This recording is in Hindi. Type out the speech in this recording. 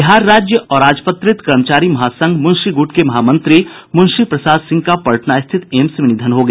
बिहार राज्य अराजपत्रित कर्मचारी महासंघ मुंशी गूट के महामंत्री मुंशी प्रसाद सिंह का पटना स्थित एम्स में निधन हो गया